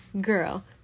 Girl